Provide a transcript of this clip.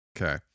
Okay